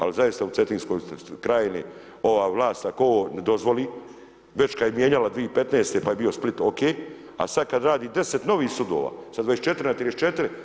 Ali zaista u Cetinskoj krajini ova vlast ako ovo ne dozvoli, već kad je mijenjala 2015. pa je bio Split o.k. A sad kad radi 10 novih sudova, sa 24 na 34.